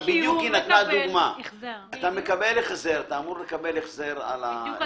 שאתה אמור לקבל החזר עליו.